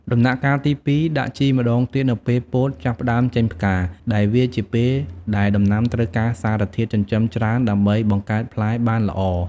ដំណាក់កាលទី២ ដាក់ជីម្ដងទៀតនៅពេលពោតចាប់ផ្ដើមចេញផ្កា ដែលវាជាពេលដែលដំណាំត្រូវការសារធាតុចិញ្ចឹមច្រើនដើម្បីបង្កើតផ្លែបានល្អ។